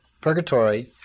Purgatory